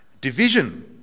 Division